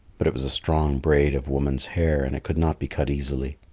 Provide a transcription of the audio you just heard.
but it was a strong braid of woman's hair and it could not be cut easily.